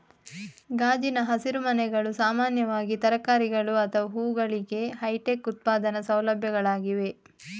ಗಾಜಿನ ಹಸಿರುಮನೆಗಳು ಸಾಮಾನ್ಯವಾಗಿ ತರಕಾರಿಗಳು ಅಥವಾ ಹೂವುಗಳಿಗೆ ಹೈಟೆಕ್ ಉತ್ಪಾದನಾ ಸೌಲಭ್ಯಗಳಾಗಿವೆ